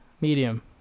medium